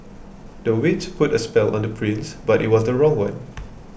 the witch put a spell on the prince but it was the wrong one